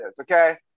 okay